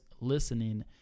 listening